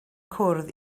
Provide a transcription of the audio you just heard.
cwrdd